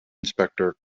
inspector